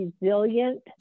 resilient